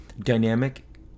dynamic